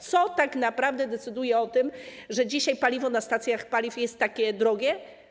Co tak naprawdę decyduje o tym, że dzisiaj paliwo na stacjach paliw jest takie drogie?